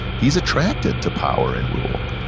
he's attracted to power and rule.